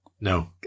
No